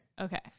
Okay